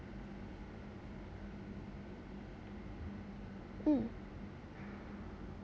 mm